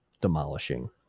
demolishing